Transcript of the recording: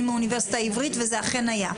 סרטונים וזה אכן היה.